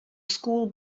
school